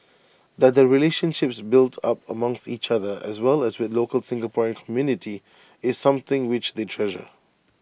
that the relationships built up amongst each other as well as with local Singaporean community is something which they treasure